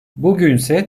bugünse